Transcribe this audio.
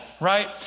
Right